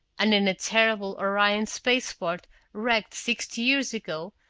and in the terrible orion spaceport wreck sixty years ago,